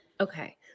Okay